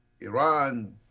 Iran